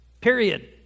Period